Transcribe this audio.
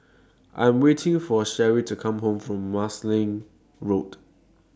I Am waiting For Sheree to Come Home from Marsiling Road